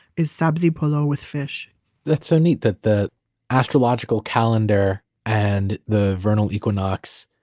is sabzi polo with fish that's so neat that the astrological calendar and the vernal equinox.